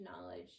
knowledge